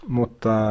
Mutta